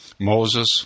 Moses